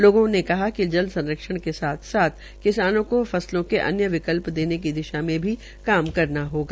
लोगों के कहा कि जल संरक्षण के साथ साथ किसानों को फसलों के अन्य विकला देने की दिशा में भी काम करना होगा